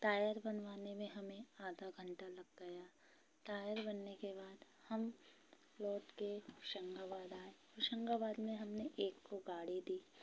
tyre बनवाने में हमें आधा घंटा लग गया टायर बनने के बाद हम लौटके होशंगाबाद आए होशंगाबाद में हमने एक को गाड़ी दी